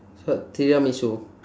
so what tiramisu